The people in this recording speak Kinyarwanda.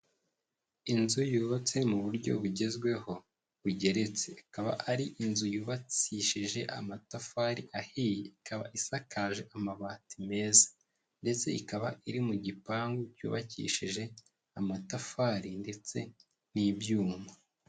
Inzu yubatse mu buryo bugezweho bugeretse, ikaba ari inzu yubakishije amatafari ahiye, ikaba isakaje amabati meza ndetse ikaba iri mu gipangu cyubakishije amatafari ndetse n'ibyuma.